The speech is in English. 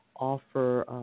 offer